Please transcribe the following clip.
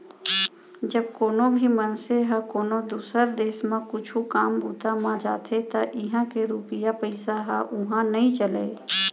जब कोनो भी मनसे ह कोनो दुसर देस म कुछु काम बूता म जाथे त इहां के रूपिया पइसा ह उहां नइ चलय